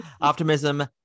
optimism